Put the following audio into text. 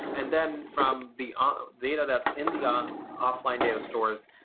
and then from the ah data that's in the um offline data stores,